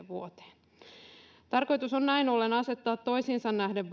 vuoteen tarkoitus on näin ollen asettaa toisiinsa nähden